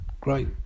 great